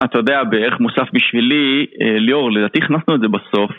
אתה יודע, בערך מוסף בשבילי, ליאור, לדעתי, הכנסנו את זה בסוף